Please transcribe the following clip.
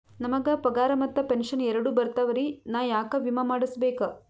ನಮ್ ಗ ಪಗಾರ ಮತ್ತ ಪೆಂಶನ್ ಎರಡೂ ಬರ್ತಾವರಿ, ನಾ ಯಾಕ ವಿಮಾ ಮಾಡಸ್ಬೇಕ?